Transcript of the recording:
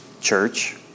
church